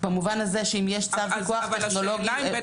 במובן הזה שאם יש צו פיקוח טכנולוגי בחריג --- השאלה אם בית